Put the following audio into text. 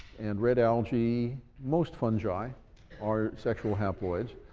and red algae most fungi are sexual haploids.